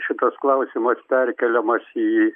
šitas klausimas perkeliamas į